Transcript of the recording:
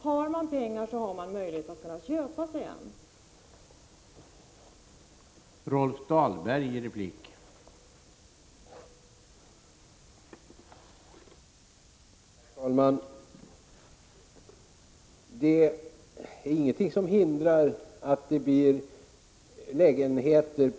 Har man pengar så har man möjlighet att köpa sig en bostad.